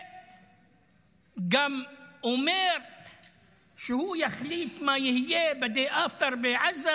וגם אומר שהוא יחליט מה יהיה ב-day after בעזה,